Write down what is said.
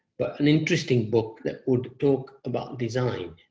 but an interesting book that would talk about design,